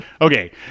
Okay